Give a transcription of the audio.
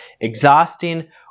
exhausting